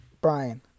Brian